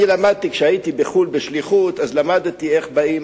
כשהייתי בחו"ל בשליחות למדתי איך באים,